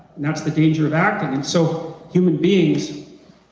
that's the danger of acting, and so human beings,